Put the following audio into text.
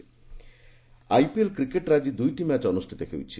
IPL IPL କ୍ରିକେଟ୍ରେ ଆଜି ଦୁଇଟି ମ୍ୟାଚ୍ ଅନୁଷ୍ଠିତ ହେଉଛି